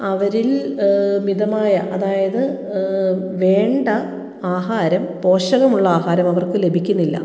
അവരിൽ മിതമായ അതായത് വേണ്ട ആഹാരം പോഷകമുള്ള ആഹാരം അവർക്ക് ലഭിക്കുന്നില്ല